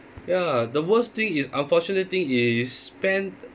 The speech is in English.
ya lah the worst thing is unfortunate thing is spend